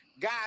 God